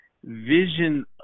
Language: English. Vision